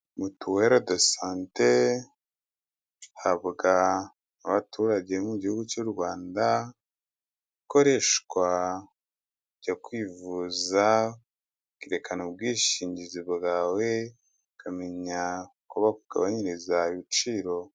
Mituwera do sante ihabwa abaturage bo mu gihugu cy'u Rwanda, ikoreshwa kujyakwivuza ukererekana ubwishingizi bwawe bakamenya uko bakugabanyiriza ibiciro.